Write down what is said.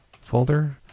folder